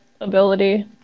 ability